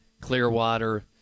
Clearwater